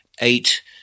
eight